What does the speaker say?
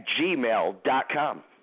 gmail.com